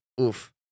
oof